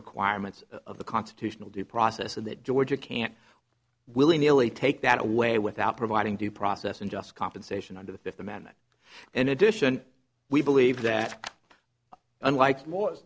requirements of the constitutional due process and that georgia can't willy nilly take that away without providing due process and just compensation under the fifth amendment and addition we believe that unlike laws